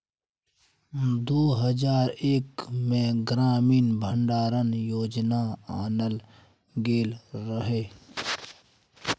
दु हजार एक मे ग्रामीण भंडारण योजना आनल गेल रहय